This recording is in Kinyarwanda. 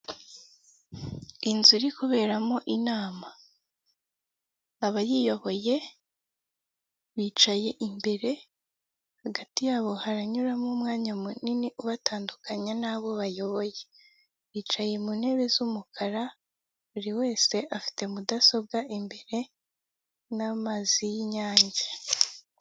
Inzu iri kuberamo inama abayiyoboye bicaye imbere hagati yabo haranyuramo umwanya munini ubatandukanya n'abo bayoboye, bicaye mu ntebe z'umukara buri wese afite mudasobwa imbere n'amazi y'inyange.